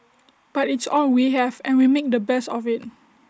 but it's all we have and we make the best of IT